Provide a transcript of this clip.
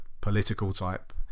political-type